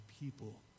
people